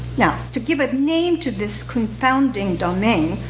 now, to give a name to this confounding domain,